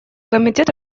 комитет